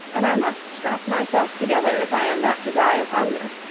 and i must strap myself together if i am not to die of hunger.